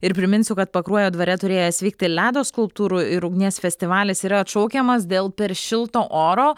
ir priminsiu kad pakruojo dvare turėjęs vykti ledo skulptūrų ir ugnies festivalis yra atšaukiamas dėl per šilto oro